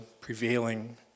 prevailing